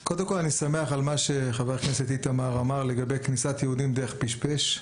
אני שמח על מה שחבר הכנסת איתמר אמר לגבי כניסת יהודים דרך פשפש.